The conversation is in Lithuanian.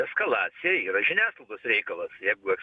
eskalacija yra žiniasklaidos reikalas jeigu jos